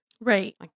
Right